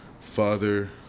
father